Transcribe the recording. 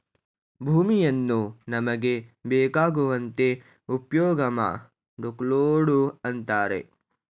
ಭೂಮಿಯನ್ನು ನಮಗೆ ಬೇಕಾಗುವಂತೆ ಉಪ್ಯೋಗಮಾಡ್ಕೊಳೋದು ಅಂತರೆ